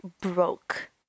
broke